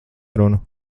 runu